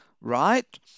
right